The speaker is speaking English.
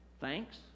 thanks